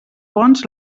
bons